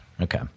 Okay